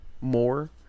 more